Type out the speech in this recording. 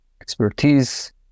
expertise